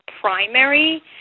primary